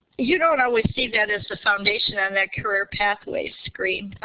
you don't always see that as the foundation on that career pathway screen.